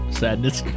sadness